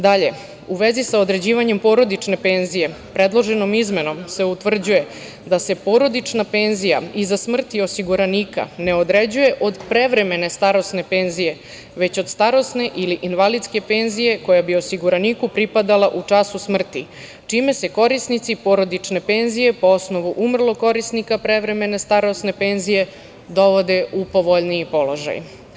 Dalje, u vezi sa određivanjem porodične penzije, predloženom izmenom se utvrđuje da se porodična penzija iza smrti osiguranika ne određuje od prevremene starosne penzije, već od starosne ili invalidske penzije koja bi osiguraniku pripadala u času smrti, čime se korisnici porodične penzije po osnovu umrlog korisnika prevremene starosne penzije dovode u povoljniji položaj.